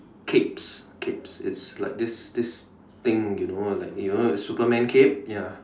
capes capes it's like this this thing you know like you know Superman cape ya